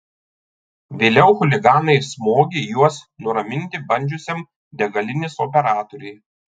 vėliau chuliganai smogė juos nuraminti bandžiusiam degalinės operatoriui